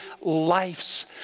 lives